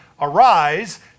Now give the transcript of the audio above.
Arise